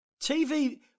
TV